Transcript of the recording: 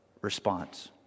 response